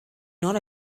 not